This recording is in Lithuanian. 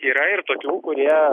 yra ir tokių kurie